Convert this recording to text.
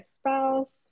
spouse